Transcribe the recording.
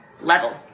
level